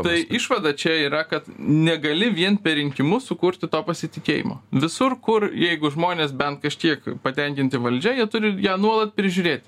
tai išvada čia yra kad negali vien per rinkimus sukurti to pasitikėjimo visur kur jeigu žmonės bent kažkiek patenkinti valdžia jie turi ją nuolat prižiūrėt